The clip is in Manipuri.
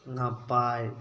ꯉꯥꯄꯥꯏ